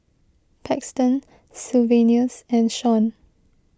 Paxton Sylvanus and Shaun